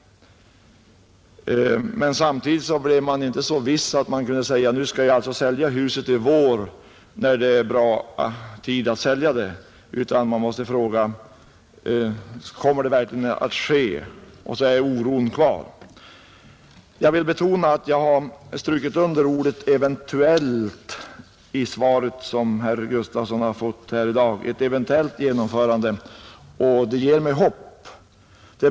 Samtidigt blev man inte så viss att man kunde säga sig, att nu säljer jag huset i vår när det är en bra tid att sälja, utan man måste ändå vara tveksam om man verkligen skulle bli tvungen att flytta. Oron finns fortfarande kvar. Jag vill betona att jag strukit under ordet eventuellt i den mening i interpellationssvaret till herr Gustavsson som börjar med orden: ”Ett eventuellt genomförande av en omorganisation ———”. Det ger mig hopp.